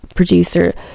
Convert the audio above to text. producer